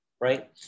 right